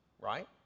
right